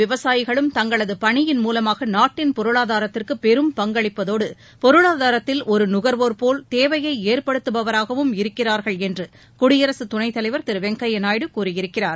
விவசாயிகளும் தங்களது பணியின் மூலமாக நாட்டின் பொருளாதாரத்திற்கு பெரும் பங்களிப்பதோடு பொருளாதாரத்தில் ஒரு நுகர்வோர் போல் தேவையை ஏற்படுத்துபவராகவும் இருக்கிறார்கள் என்று குடியரசு துணைத்தலைவர் திரு வெங்கையா நாயுடு கூறியிருக்கிறார்